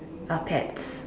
are pets